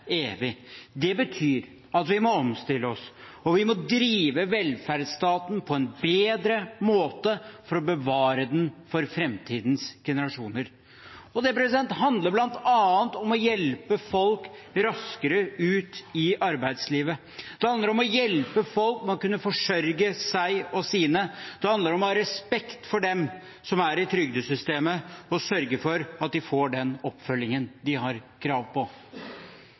Det betyr at vi må omstille oss, og at vi må drive velferdsstaten på en bedre måte for å bevare den for framtidens generasjoner. Det handler bl.a. om å hjelpe folk raskere ut i arbeidslivet. Det handler om å hjelpe folk til å kunne forsørge seg og sine, og det handler om å ha respekt for dem som er i trygdesystemet, og sørge for at de får den oppfølgingen de har krav på.